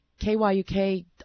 KYUK